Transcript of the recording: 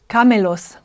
Camelos